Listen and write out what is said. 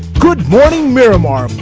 good morning miramar.